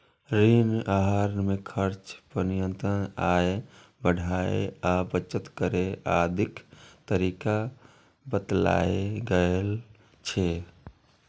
ऋण आहार मे खर्च पर नियंत्रण, आय बढ़ाबै आ बचत करै आदिक तरीका बतायल गेल छै